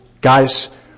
Guys